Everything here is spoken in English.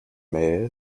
mayor